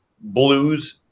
blues